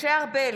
משה ארבל,